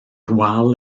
wal